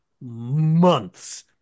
months